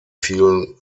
vielen